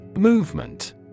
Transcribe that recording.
Movement